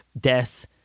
deaths